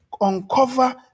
uncover